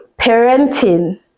parenting